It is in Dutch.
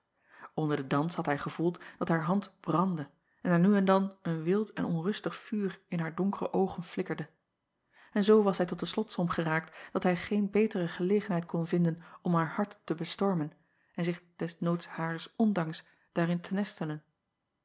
nder den dans had hij gevoeld dat haar hand brandde en er nu en dan een wild en onrustig vuur in haar donkere oogen flikkerde en zoo was hij tot de slotsom geraakt dat hij geen beter gelegenheid kon vinden om haar hart te bestormen en zich des noods hares ondanks daarin te nestelen